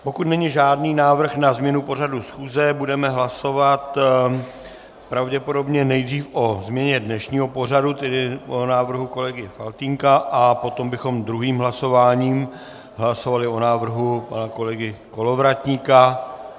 Pokud není žádný návrh na změnu pořadu schůze, budeme hlasovat pravděpodobně nejdřív o změně dnešního pořadu, tedy o návrhu kolegy Faltýnka, a potom bychom druhým hlasováním hlasovali o návrhu pana kolegy Kolovratníka.